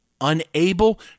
unable